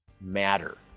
matter